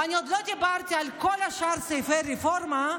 ועוד לא דיברתי על כל שאר סעיפי הרפורמה.